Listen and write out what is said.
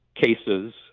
cases